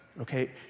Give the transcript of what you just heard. okay